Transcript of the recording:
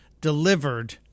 delivered